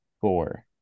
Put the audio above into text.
four